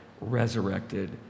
resurrected